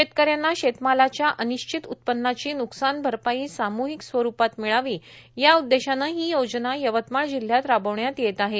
शेतकऱ्यांना शेतमालाच्या अनिश्चित उत्पन्नाची न्कसान भरपाई साम्हिक स्वरुपात मिळावी या उददेशाने ही योजना यवतमाळ जिल्ह्यात राबविण्यात येत आहे